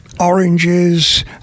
oranges